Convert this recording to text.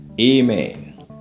Amen